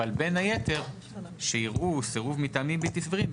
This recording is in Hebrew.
אבל בין היתר שיראו סירוב מטעמים בלתי סבירים,